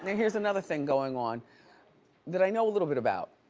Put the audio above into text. yeah here's another thing going on that i know a little bit about.